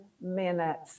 minutes